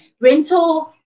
rental